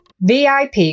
VIP